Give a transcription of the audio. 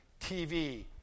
TV